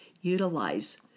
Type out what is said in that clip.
utilize